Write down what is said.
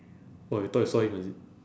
what you thought you saw him is it